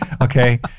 Okay